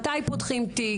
מתי פותחים תיק?